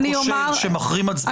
שר כושל שמחרים הצבעות בכנסת.